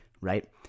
right